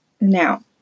Now